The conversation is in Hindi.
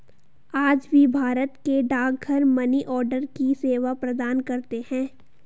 आज भी भारत के डाकघर मनीआर्डर की सेवा प्रदान करते है